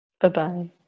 bye-bye